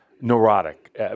neurotic